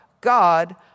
God